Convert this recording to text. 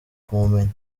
kumumenya